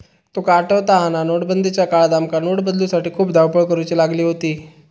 तुका आठवता हा ना, नोटबंदीच्या काळात आमका नोट बदलूसाठी खूप धावपळ करुची लागली होती